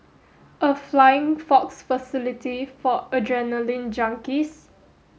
a flying fox facility for adrenaline junkies